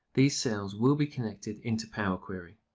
these cells will be connected into power query.